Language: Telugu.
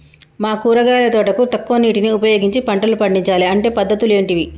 మా కూరగాయల తోటకు తక్కువ నీటిని ఉపయోగించి పంటలు పండించాలే అంటే పద్ధతులు ఏంటివి?